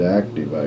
active